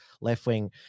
left-wing